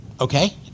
Okay